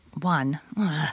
One